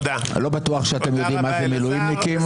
לא בטוח שאתם יודעים מה זה מילואימניקים,